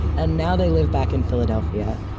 and now they live back in philadelphia.